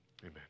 Amen